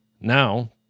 Now